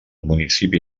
municipi